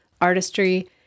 artistry